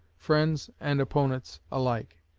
friends and opponents alike.